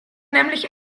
nämlich